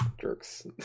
jerks